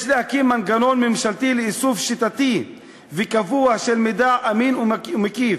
יש להקים מנגנון ממשלתי לאיסוף שיטתי וקבוע של מידע אמין ומקיף,